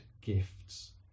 gifts